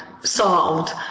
solved